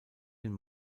den